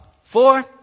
Four